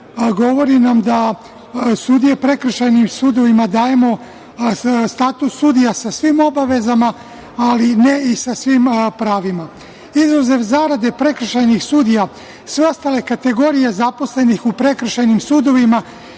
govori da sudijama prekršajnih sudova dajemo status sudija sa svim obavezama, ali ne i sa svim pravima. Izuzev zarade prekršajnih sudija, sve ostale kategorije zaposlenih u prekršajnim sudovima